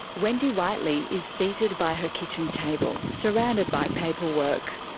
wendy whiteley is seated by her kitchen table. surrounded by paperwork.